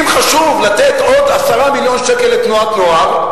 אם חשוב לתת עוד 10 מיליון שקל לתנועת נוער,